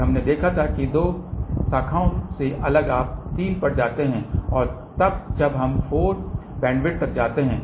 और हमने देखा था कि दो शाखाओं से अगर आप 3 पर जाते हैं और तब जब हम 4 बैंडविड्थ तक जाते हैं